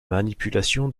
manipulation